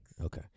Okay